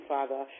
Father